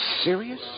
serious